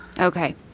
Okay